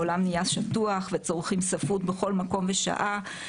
העולם נהיה שטוח וצורכים ספרות בכל מקום ושעה.